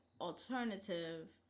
alternative